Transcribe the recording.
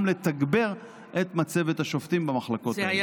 גם לתגבר את מצבת השופטים במחלקות האלה.